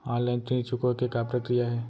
Online ऋण चुकोय के का प्रक्रिया हे?